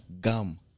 gum